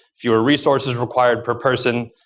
if your resources required per person,